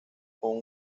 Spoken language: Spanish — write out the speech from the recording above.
con